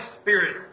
Spirit